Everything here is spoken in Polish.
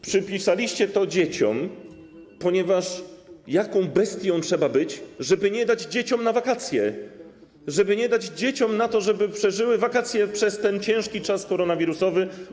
Przypisaliście to dzieciom, ponieważ jaką bestią trzeba być, żeby nie dać dzieciom na wakacje, żeby nie dać dzieciom, żeby przeżyły wakacje w tym ciężkim czasie koronawirusowym.